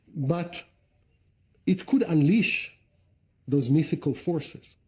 but it could unleash those mythical forces,